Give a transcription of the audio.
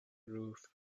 roof